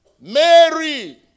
Mary